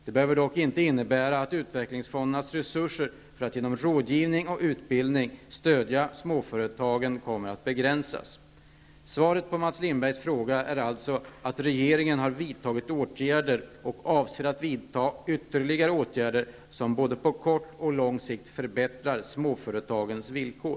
Det behöver dock inte innebära att utvecklingsfondernas resurser för att genom rådgivning och utbildning stödja småföretag kommer att begränsas. Svaret på Mats Lindbergs fråga är alltså att regeringen har vidtagit åtgärder och avser att vidta ytterligare åtgärder som på både kort och lång sikt förbättrar småföretagens villkor.